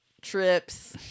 trips